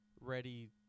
ready